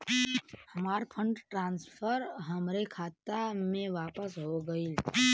हमार fund transfer हमरे खाता मे वापस हो गईल